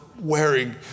wearing